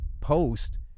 post